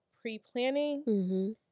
pre-planning